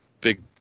big